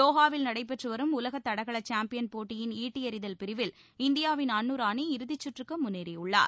தோஹாவில் நடைபெற்று வரும் உலக தடகள சாம்பியன் போட்டியின் ஈட்டியெறிதல் பிரிவில் இந்தியாவின் அன்னு ராணி இறுதிச்சுற்றுக்கு முன்னேறியுள்ளார்